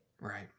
Right